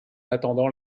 attendant